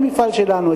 המפעל שלנו,